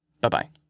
bye-bye